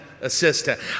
assistant